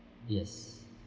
yes